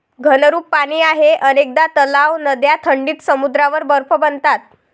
घनरूप पाणी आहे अनेकदा तलाव, नद्या थंडीत समुद्रावर बर्फ बनतात